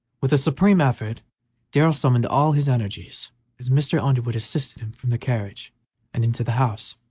with a supreme effort darrell summoned all his energies as mr. underwood assisted him from the carriage and into the house.